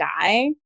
die